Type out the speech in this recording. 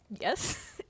Yes